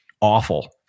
awful